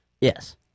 yes